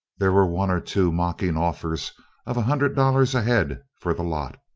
there were one or two mocking offers of a hundred dollars a head for the lot.